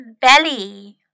belly